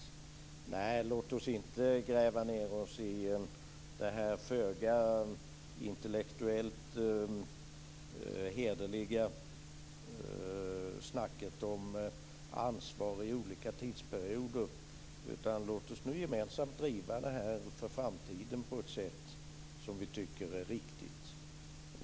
Nej, låt oss inte gräva ned oss i det föga intellektuellt hederliga snacket om ansvar under olika tidsperioder, utan låt oss gemensamt driva detta för framtiden på ett sätt som vi tycker är riktigt.